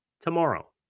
tomorrow